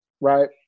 right